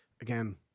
again